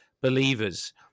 believers